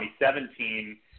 2017